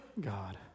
God